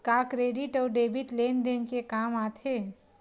का क्रेडिट अउ डेबिट लेन देन के काम आथे?